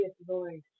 voice